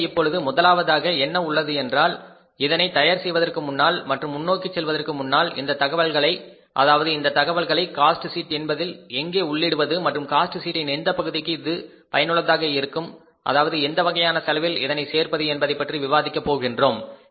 எனவே இப்பொழுது முதலாவதாக என்ன உள்ளது என்றால் இதனை தயார் செய்வதற்கு முன்னால் மற்றும் முன்னோக்கிச் செல்வதற்கு முன்னால் இந்த தகவல்களை அதாவது இந்த தகவல்களை காஸ்ட் ஷீட் என்பதில் எங்கே உள்ளிடுவது மற்றும் காஸ்ட் சீட்டின் எந்த பகுதிக்கு இது பயனுள்ளதாக இருக்கும் அதாவது எந்த வகையான செலவில் இதனை சேர்ப்பது என்பதைப் பற்றி விவாதிக்க போகின்றோம்